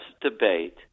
debate